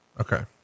Okay